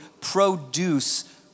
produce